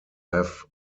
have